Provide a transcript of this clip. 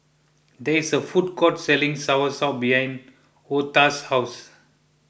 there is a food court selling Soursop behind Otha's house